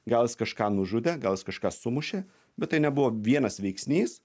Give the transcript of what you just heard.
gal jis kažką nužudė gal jis kažkas sumušė bet tai nebuvo vienas veiksnys